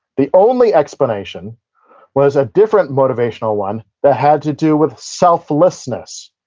the only explanation was a different motivational one that had to do with selflessness,